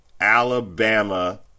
Alabama